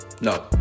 No